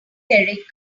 eric